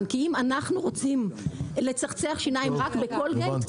כי אם אנחנו רוצים לצחצח שיניים רק בקולגייט,